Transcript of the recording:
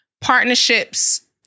Partnerships